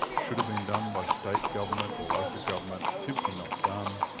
should have been done by state government or local government, simply not done,